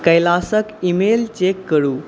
कैलाशके email check करू